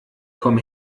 komm